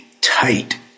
tight